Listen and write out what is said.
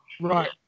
right